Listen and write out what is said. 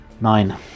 Nine